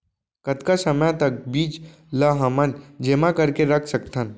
कतका समय तक बीज ला हमन जेमा करके रख सकथन?